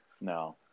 no